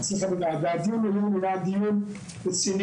אצלך בוועדה הזו היום היה דיון רציני,